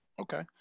Okay